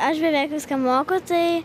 aš beveik viską moku tai